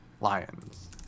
Lions